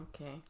Okay